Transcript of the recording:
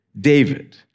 David